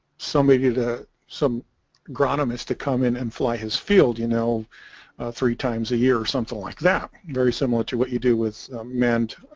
somebody to some grandmas to come in and fly his field you know three times a year or something like that very similar to what you do with mint